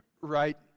right